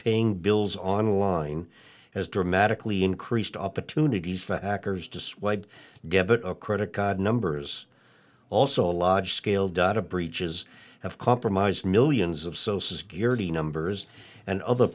paying bills online has dramatically increased opportunities for actors to swipe a credit card numbers also large scale data breaches of compromise millions of social security numbers and other